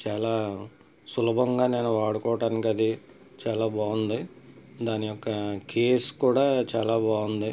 చాలా సులభంగా నేను వాడుకోవటానికి అది చాలా బాగుంది దాని యొక్క కేసు కూడా చాలా బాగుంది